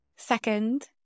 Second